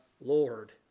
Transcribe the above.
Lord